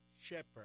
shepherd